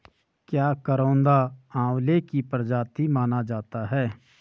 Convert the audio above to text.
क्या करौंदा आंवले की प्रजाति माना जाता है?